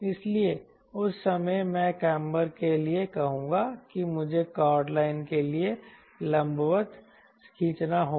इसलिए उस समय मैं काम्बर के लिए कहूंगा कि मुझे कॉर्ड लाइन के लिए लंबवत खींचना होगा